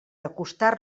acostar